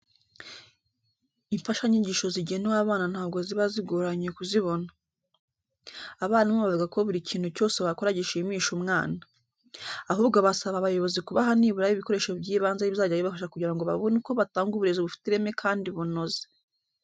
Imfashanyigisho zigenewe abana ntabwo ziba zigoranye kuzibona. Abarimu bavuga ko buri kintu cyose wakora gishimisha umwana. Ahubwo basaba abayobozi kubaha nibura ibikoresho by'ibanze bizajya bibafasha kugira ngo babone uko batanga uburezi bufite ireme kandi bunoze.